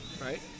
right